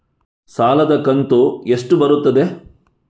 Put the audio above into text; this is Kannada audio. ಸಾಲದ ಕಂತು ಎಷ್ಟು ಬರುತ್ತದೆ?